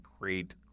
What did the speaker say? great